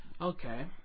Okay